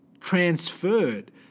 transferred